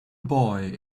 boy